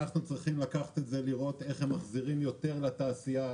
אנחנו צריכים לראות איך הם מחזירים יותר לתעשייה.